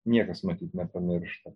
niekas matyt nepamiršta